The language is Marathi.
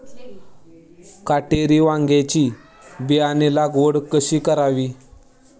काटेरी वांग्याची बियाणे लागवड कधी करावी?